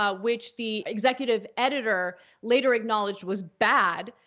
ah which the executive editor later acknowledged was bad,